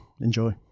enjoy